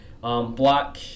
black